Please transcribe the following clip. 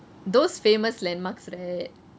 those famous landmarks right